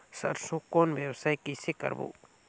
सरसो कौन व्यवसाय कइसे करबो?